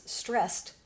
stressed